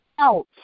out